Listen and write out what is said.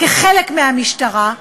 כחלק מהמשטרה,